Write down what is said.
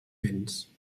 vents